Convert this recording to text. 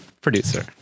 producer